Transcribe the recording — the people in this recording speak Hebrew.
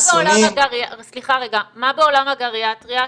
מה בעולם הגריאטריה?